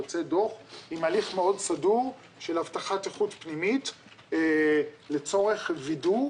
יוצא דוח עם הליך מאוד סדור של הבטחת איכות פנימית לצורך וידוא.